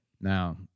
Now